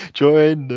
join